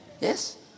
Yes